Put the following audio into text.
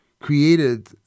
created